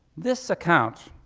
this account,